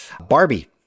barbie